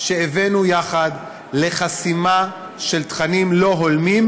שהבאנו יחד לחסימה של תכנים לא הולמים,